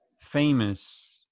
famous